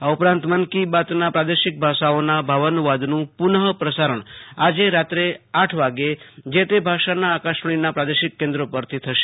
આ ઉપરાંત મન કી બાતના પ્રાદેશિક ભાષાઓના ભાવાનુવાદનું પુનઃપ્રસારણ આજે રાત્રે આઠ વાગ્યે જે તે ભાષાના આકાશવાણીના પ્રાદેશિક કેન્દ્રો પરથી થશે